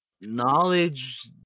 Knowledge